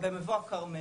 במבוא הכרמל,